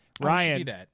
Ryan